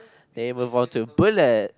they move on to bullets